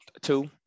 Two